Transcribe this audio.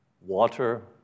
Water